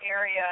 area